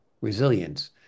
resilience